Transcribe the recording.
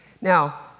Now